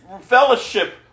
fellowship